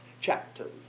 chapters